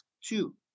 two